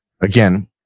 again